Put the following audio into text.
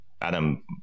Adam